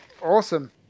Awesome